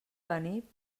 venir